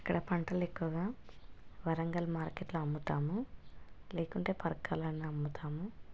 ఇక్కడ పంటలు ఎక్కువగా వరంగల్ మార్కెట్లో అమ్ముతాము లేకుంటే పరక్కాలలోనే అమ్ముతాము